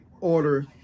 order